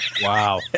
Wow